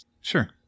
Sure